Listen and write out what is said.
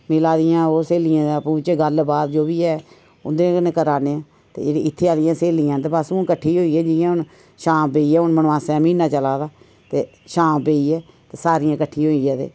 मिलै दियां ओह् स्हेलियां ते आंपू बिच्चें गल्लबात जो बी ऐ उं'दे कन्नै करै ने आं ते इत्थैं आह्ली स्हेलियां अस हून कट्ठी होई गेइयां शाम पेइयै हून मनमासे दा म्हीना चलै दा ऐ ते शाम पेइयै ते सारियां किट्ठी होइयै